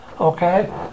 okay